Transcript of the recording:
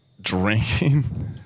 drinking